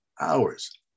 hours